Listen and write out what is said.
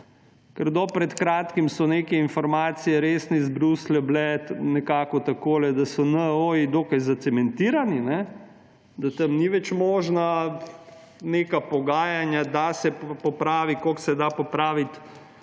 ker do pred kratkim so neke informacije, resne, iz Bruslja bile nekako takole, da so NOO dokaj zacementirani, da tam niso več možna neka pogajanja, da se popravi, kolikor se da popraviti,